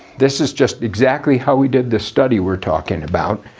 this is just exactly how we did this study we're talking about.